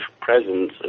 presence